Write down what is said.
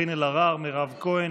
קארין אלהרר, מירב כהן,